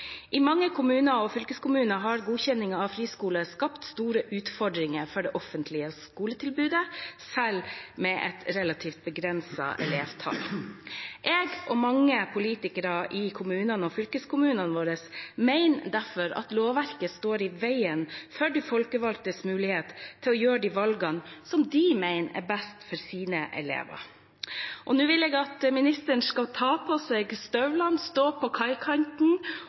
I mange kommuner og fylkeskommuner har godkjenningen av friskoler skapt store utfordringer for det offentlige skoletilbudet, selv med et relativt begrenset vedtak. Jeg og mange politikere i kommunene og fylkeskommunene våre mener derfor at lovverket står i veien for de folkevalgtes mulighet til å gjøre de valgene som de mener er best for sine elever. Og nå vil jeg at ministeren skal ta på seg støvlene, stå på kaikanten